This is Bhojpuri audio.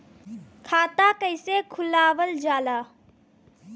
खाता कइसे खुलावल जाला?